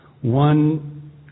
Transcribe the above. one